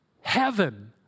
heaven